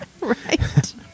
Right